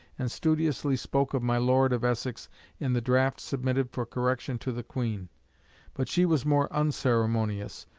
and studiously spoke of my lord of essex in the draft submitted for correction to the queen but she was more unceremonious,